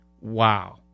Wow